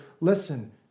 Listen